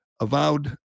avowed